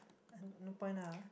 uh no point ah